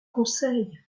conseil